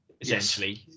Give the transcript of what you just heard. essentially